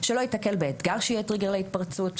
שלא יתקל באתגר שיהיה טריגר להתפרצות,